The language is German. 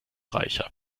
reicher